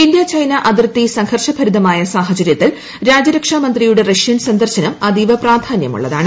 India China അതിർത്തി സംഘർഷ്ടരിതമായ സാഹചര്യത്തിൽ രാജ്യരക്ഷാ മന്ത്രിയുടെ ദൃഷ്ട്രൻ സന്ദർശനം അതീവ പ്രാധാന്യം ഉള്ളതാണ്